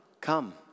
come